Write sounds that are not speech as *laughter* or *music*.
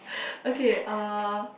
*breath* okay uh